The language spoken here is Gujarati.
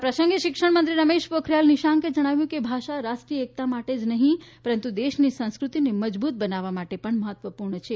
આ પ્રસંગે શિક્ષણ મંત્રી રમેશ પોખરીયલ નિશંકે જણાવ્યું હતું કે ભાષા રાષ્ટ્રીય એકતા માટે જ નહીં પરંતુ દેશની સંસ્કૃતિને મજબૂત બનાવવા માટે પણ મહત્વપૂર્ણ છે